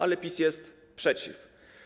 Ale PiS jest przeciw.